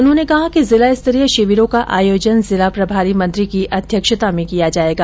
उन्होंने कहा कि जिला स्तरीय शिविरों का आयोजन जिला प्रभारी मंत्री की अध्यक्षता में किया जायेगा